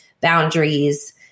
boundaries